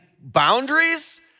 boundaries